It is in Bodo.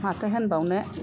माथो होनबावनो